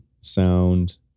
sound